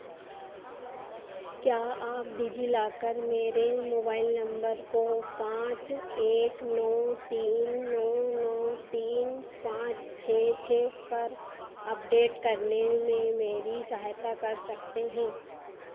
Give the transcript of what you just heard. क्या आप DigiLocker mobile number नंबर को पाँच एक नौ तीन नौ नौ तीन पाँच छः छः पर अपडेट करने में मेरी सहायता कर सकते हैं